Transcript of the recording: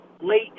late